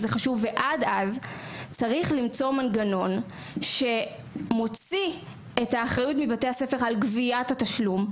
ועד אז צריך למצוא מנגנון שמוציא מבתי הספר את האחריות על גביית התשלום,